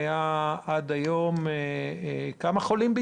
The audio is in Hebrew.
ובישראל עד היום יש כ-350,000 חולים.